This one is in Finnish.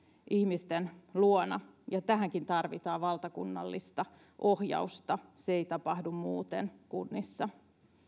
ihmisten luona ja tähänkin tarvitaan valtakunnallista ohjausta se ei tapahdu muuten kunnissa